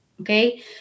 okay